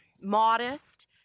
modest